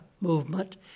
movement